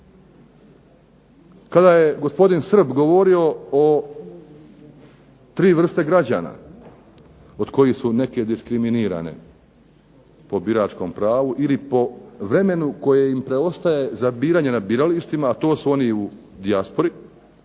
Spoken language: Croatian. Kada je gospodin Srb govorio o tri vrste građana od kojih su neke diskriminirane po biračkom pravu ili po vremenu koje im preostaje za biranje na biralištima, a to su oni u dijaspori